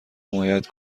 حمایت